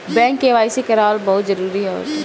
bank KYC करावल बहुते जरुरी हटे